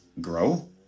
grow